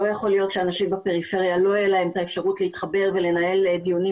לא יכול להיות שלאנשים בפריפריה לא יהיה את האפשרות להתחבר ולנהל דיונים